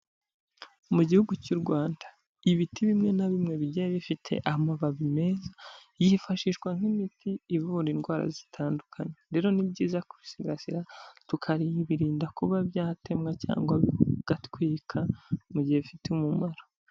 Mu gihugu cy'u Rwanda, ibiti bimwe na bimwe bigiye bifite amababi meza yifashishwa nk'imiti ivura indwara zitandukanye, rero ni byiza kubisigasira tukabirinda kuba byatemwa cyangwa bigatwikwa mu gihe bifite umumaro.